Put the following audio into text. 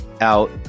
out